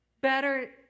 better